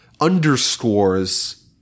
underscores